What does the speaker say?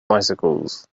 bicycles